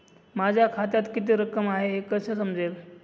माझ्या खात्यात किती रक्कम आहे हे कसे समजेल?